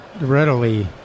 readily